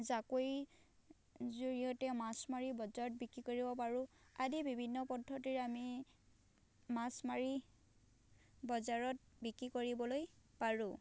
জাকৈ জৰিয়তে মাছ মাৰি বজাৰত বিক্ৰী কৰিব পাৰোঁ আদি বিভিন্ন পদ্ধতিৰে আমি মাছ মাৰি বজাৰত বিক্ৰী কৰিবলৈ পাৰোঁ